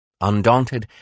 Undaunted